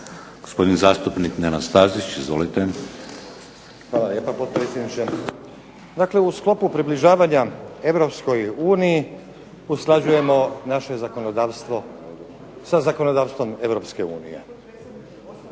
Gospodin zastupnik Nenad Stazić. Izvolite. **Stazić, Nenad (SDP)** Hvala lijepa potpredsjedniče. U sklopu približavanja Europskoj uniji usklađujemo naše zakonodavstvo sa zakonodavstvom Europske unije.